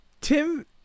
Tim